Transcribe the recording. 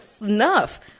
enough